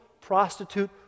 prostitute